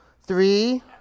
Three